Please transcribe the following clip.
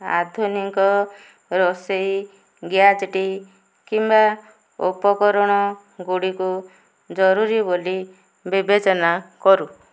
ଆଧୁନିକ ରୋଷେଇ ଗ୍ୟାଜେଟ କିମ୍ବା ଉପକରଣଗୁଡ଼ିକୁ ଜରୁରୀ ବୋଲି ବିବେଚନା କରୁ